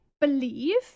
believe